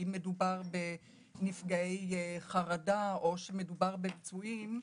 אם מדובר בנפגעי חרדה או בפצועים,